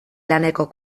laneko